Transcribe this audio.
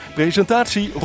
presentatie